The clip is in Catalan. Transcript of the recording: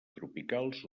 tropicals